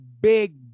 big